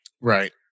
Right